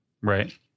Right